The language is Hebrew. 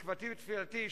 תקוותי ותפילתי,